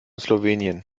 slowenien